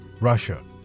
Russia